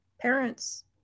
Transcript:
parents